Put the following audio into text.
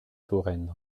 touraine